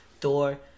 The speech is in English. Thor